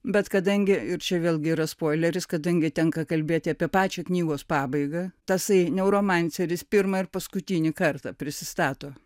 bet kadangi ir čia vėlgi yra spoileris kadangi tenka kalbėti apie pačią knygos pabaigą tasai neuromanceris pirmą ir paskutinį kartą prisistato